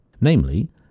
Namely